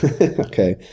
Okay